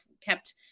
kept